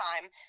time